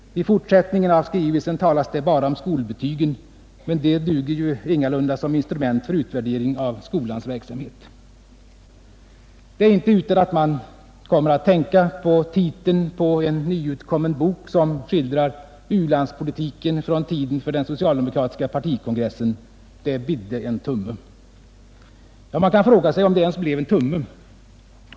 I fortsättningen av skrivelsen talas det bara om skolbetygen, och de duger ju inte som instrument för utvärdering av skolans verksamhet. Det är inte utan att man kommer att tänka på titeln på en nyutkommen bok som skildrar u-landspolitiken från tiden för den socialdemokratiska partikongressen: Det bidde en tumme. Ja, man kan fråga sig om det ens blev en tumme.